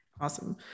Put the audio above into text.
Awesome